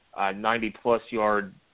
90-plus-yard